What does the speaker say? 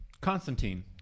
Constantine